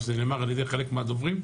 וזה נאמר על ידי חלק מהדוברים,